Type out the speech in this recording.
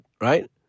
right